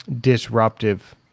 disruptive